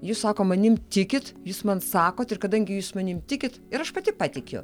jūs sako manimi tikit jūs man sakot ir kadangi jūs manim tikit ir aš pati patikiu